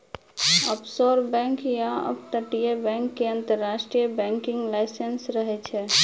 offshore bank या अपतटीय bank के अंतरराष्ट्रीय बैंकिंग लाइसेंस रहै छै